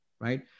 right